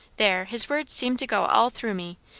there, his words seem to go all through me,